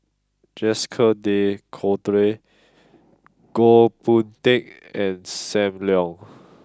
Jacques De Coutre Goh Boon Teck and Sam Leong